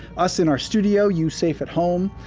us in our studio, you safe at home,